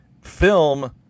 film –